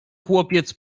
chłopiec